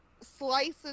slices